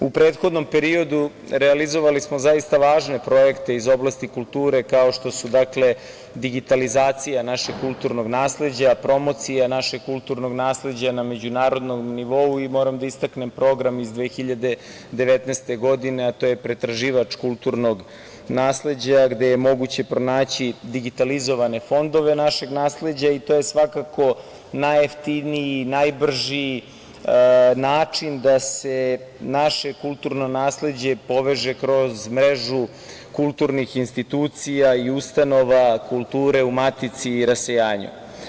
U prethodnom periodu realizovali smo zaista važne projekte iz oblasti kulture, kao što je digitalizacija našeg kulturnog nasleđa, promocija, našeg kulturnog nasleđa na međunarodnom nivou i moram da istaknem program iz 2019. godine, a to je pretraživač kulturnog nasleđa gde je moguće pronaći digitalizovane fondove našeg nasleđa i to je svakako najjeftiniji i najbrži način da se naše kulturno nasleđe poveže kroz mrežu kulturnih institucija i ustanova kulture u matici i rasejanju.